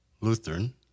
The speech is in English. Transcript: Lutheran